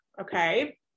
Okay